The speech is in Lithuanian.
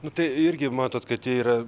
nu tai irgi matot kad jie yra